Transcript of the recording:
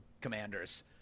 commanders